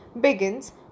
begins